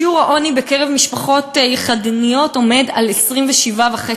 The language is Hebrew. שיעור העוני בקרב משפחות יחידניות עומד על 27.5%,